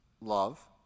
love